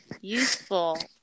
useful